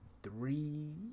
Three